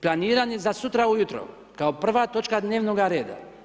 Planiran je za sutra ujutro kao prva točka dnevnoga reda.